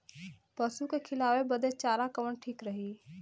पशु के खिलावे बदे चारा कवन ठीक रही?